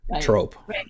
trope